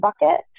bucket